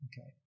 Okay